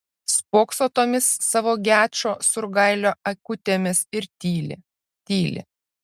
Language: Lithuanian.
spokso tomis savo gečo surgailio akutėmis ir tyli tyli